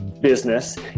business